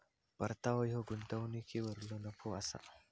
परतावो ह्यो गुंतवणुकीवरलो नफो असा